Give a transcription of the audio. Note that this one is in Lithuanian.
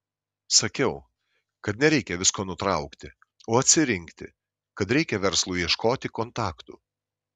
sakiau kad nereikia visko nutraukti o atsirinkti kad reikia verslui ieškoti kontaktų